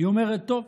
היא אומרת: טוב,